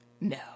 No